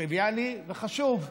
טריוויאלי וחשוב.